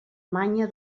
manya